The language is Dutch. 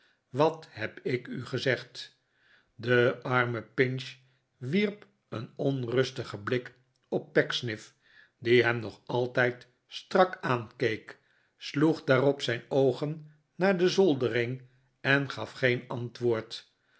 wat heb ik u gezegd de arme pinch wierp een onrustigen blik op pecksniff die hem nog altijd strak aankeek sloeg daarop zijn oogen naar de zoldering en gaf geen antwoord